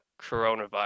coronavirus